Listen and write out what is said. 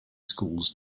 schools